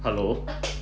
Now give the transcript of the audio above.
hello